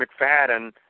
McFadden